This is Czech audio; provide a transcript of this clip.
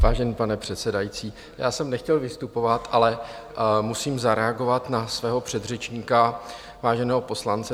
Vážená paní předsedající, já jsem nechtěl vystupovat, ale musím zareagovat na svého předřečníka, váženého poslance Toma Philippa.